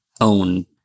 own